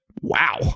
wow